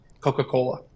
Coca-Cola